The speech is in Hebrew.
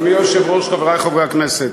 אדוני היושב-ראש, חברי חברי הכנסת,